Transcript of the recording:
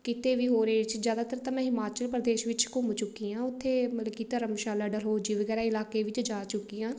ਕਿਤੇ ਵੀ ਹੋਰ ਏਰੀਏ 'ਚ ਜ਼ਿਆਦਾਤਰ ਤਾਂ ਮੈਂ ਹਿਮਾਚਲ ਪ੍ਰਦੇਸ਼ ਵਿੱਚ ਘੁੰਮ ਚੁੱਕੀ ਹਾਂ ਉੱਥੇ ਮਤਲਬ ਕਿ ਧਰਮਸ਼ਾਲਾ ਡਲਹੋਜ਼ੀ ਵਗੈਰਾ ਇਲਾਕੇ ਵਿੱਚ ਜਾ ਚੁੱਕੀ ਹਾਂ